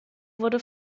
wurde